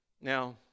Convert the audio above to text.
Now